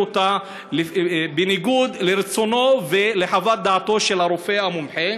אותה בניגוד לרצונו ולחוות דעתו של הרופא המומחה?